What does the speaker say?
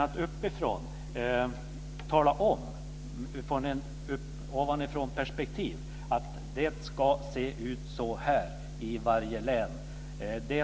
Men det är inte ett decentralistiskt synsätt att från ett ovanifrånperspektiv tala om hur det ska se ut i varje län.